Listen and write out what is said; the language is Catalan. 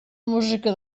música